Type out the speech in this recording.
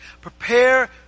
prepare